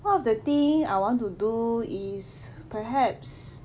one of the thing I want to do is perhaps